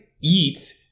eat